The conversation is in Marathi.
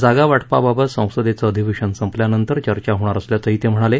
जागावाटपाबाबत संसदेचे अधिवेशन संपल्यानंतर चर्चा होणार असल्याचंही ते म्हणाले